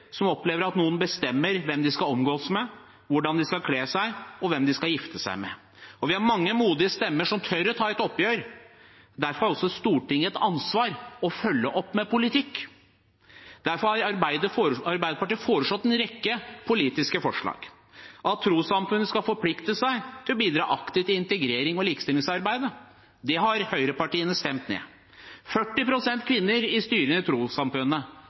som opplever at noen bestemmer hvem de skal omgås, hvordan de skal kle seg, og hvem de skal gifte seg med. Vi har mange modige stemmer som tør å ta et oppgjør. Derfor har også Stortinget et ansvar for å følge opp med politikk. Derfor har Arbeiderpartiet hatt en rekke politiske forslag. At trossamfunn skal forplikte seg til å bidra aktivt i integrerings- og likestillingsarbeidet, har høyrepartiene stemt ned, 40 pst. kvinner i styret i